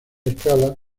escala